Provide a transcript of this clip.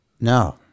No